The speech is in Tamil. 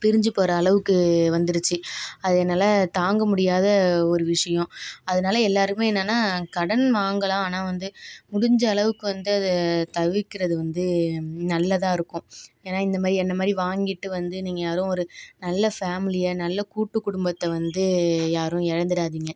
பிரிஞ்சு போகிற அளவுக்கு வந்துடுச்சு அதனால் தாங்க முடியாத ஒரு விஷயம் அதனால் எல்லோருக்குமே என்னன்னா கடன் வாங்கலாம் ஆனால் வந்து முடிஞ்ச அளவுக்கு வந்து தவிர்க்கிறது வந்து நல்லதாயிருக்கும் ஏன்னா இந்த மாதிரி என்னை மாதிரி வாங்கிகிட்டு வந்து நீங்கள் யாரும் ஒரு நல்ல ஃபேமிலியை நல்ல கூட்டு குடும்பத்தை வந்து யாரும் இழந்துடாதீங்க